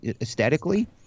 aesthetically